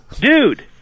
Dude